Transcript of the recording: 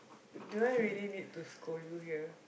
do I really need to scold you here